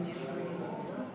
אשיב.